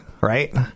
right